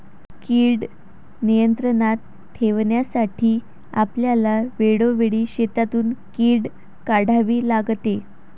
कीड नियंत्रणात ठेवण्यासाठी आपल्याला वेळोवेळी शेतातून कीड काढावी लागते